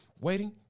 waiting